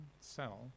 cell